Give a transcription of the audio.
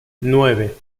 nueve